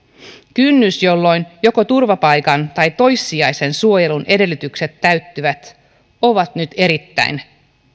kynnys jolloin joko turvapaikan tai toissijaisen suojelun edellytykset täyttyvät on nyt